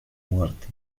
muerte